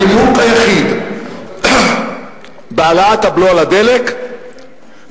הנימוק היחיד בהעלאת הבלו על הדלק זה